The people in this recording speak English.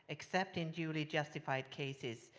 except in duly justified cases,